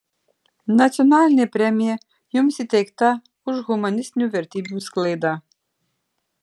nacionalinė premija jums įteikta už humanistinių vertybių sklaidą